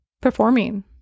performing